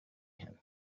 him